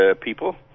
people